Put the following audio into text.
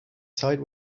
side